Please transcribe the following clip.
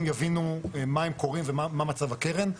יבינו מה הם קוראים מה מצב הקרן.